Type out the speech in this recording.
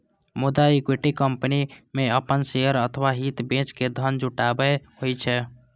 मुदा equity company मे अपन शेयर अथवा हित बेच के धन जुटायब होइ छै